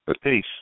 Peace